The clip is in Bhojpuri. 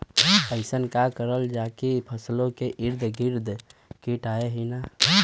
अइसन का करल जाकि फसलों के ईद गिर्द कीट आएं ही न?